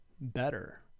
better